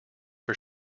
for